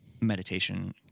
meditation